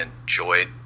enjoyed